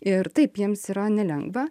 ir taip jiems yra nelengva